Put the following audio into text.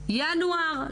ינואר,